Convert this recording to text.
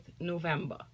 November